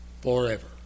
forever